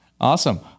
Awesome